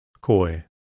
Koi